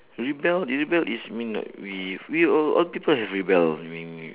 rebel rebel is mean like we we all all people have rebel ah we